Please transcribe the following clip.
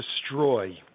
destroy